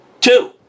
Two